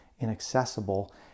inaccessible